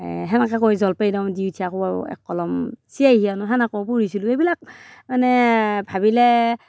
সেনেকৈ কৈ জলফাই দি থাকো আৰু এক কলম চিঞাঁহী আনো সেনেকৈও পঢ়িছিলোঁ এইবিলাক মানে ভাবিলে